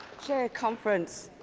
chair, conference,